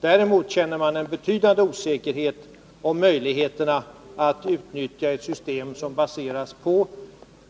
Däremot känner man en betydande osäkerhet om möjligheterna att utnyttja ett system som baseras på